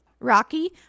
Rocky